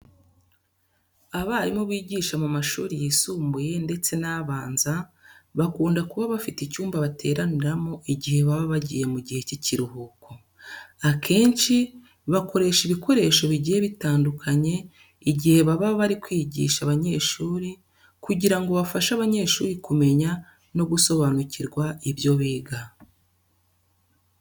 Abarimu biga mu mashuri yisumbuye ndetse n'abanza bakunda kuba bafite icyumba bateraniramo igihe baba bagiye mu gihe cy'ikiruhuko. Akenshi, bakoresha ibikoresho bigiye bitandukanye igihe baba bari kwigisha abanyeshuri kugira ngo bafashe abanyeshuri kumenya no gusobanukirwa ibyo biga.